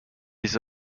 his